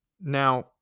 Now